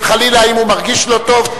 חלילה האם הוא מרגיש לא טוב?